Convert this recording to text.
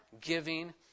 giving